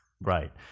Right